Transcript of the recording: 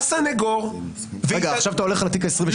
בא סנגור --- עכשיו אתה הולך לתיק ה-27.